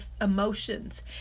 emotions